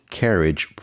carriage